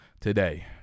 today